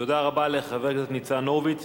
תודה רבה לחבר הכנסת ניצן הורוביץ.